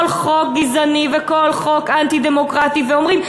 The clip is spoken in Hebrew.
חוק גזעני וכל חוק אנטי-דמוקרטי ואומרים,